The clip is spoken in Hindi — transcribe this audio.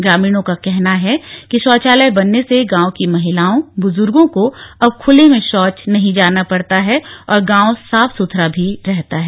ग्रामीणों का कहना है कि शौचालय बनने से गांव की महिलाओं बुजुर्गों को अब खुले में शौच नहीं जाना पड़ता है और गांव साफ सुथरा भी रहता है